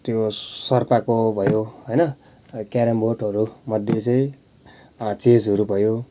त्यो सर्पको भयो होइन क्यारम बोर्डहरूमध्ये चाहिँ चेज् हरू भयो